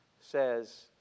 says